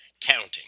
Counting